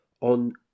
on